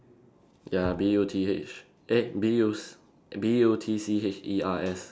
ya B U T H eh B U s~ B U T C H E R S